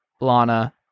Lana